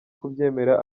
kubyemera